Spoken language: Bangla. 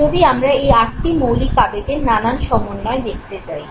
যদি আমরা এই আটটি মৌলিক আবেগের নানান সমন্বয় দেখতে যাই